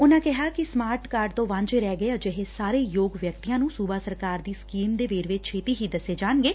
ਉਨੂਾ ਕਿਹਾ ਕਿ ਸਮਾਰਟ ਕਾਰਡ ਤੋਂ ਵਾਂਝੇ ਰਹਿ ਗਏ ਅਜਿਹੇ ਸਾਰੇ ਯੋਗ ਵਿਅਕਤੀਆਂ ਨੂੰ ਸੁਬਾ ਸਰਕਾਰ ਦੀ ਸਕੀਮ ਦੇ ਵੇਰਵੇ ਛੇਤੀ ਹੀ ਦੱਸੇ ਜਾਣਗੇ